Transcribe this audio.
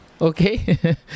okay